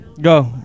Go